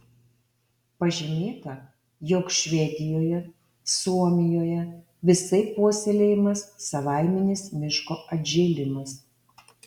pažymėta jog švedijoje suomijoje visaip puoselėjamas savaiminis miško atžėlimas